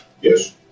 Yes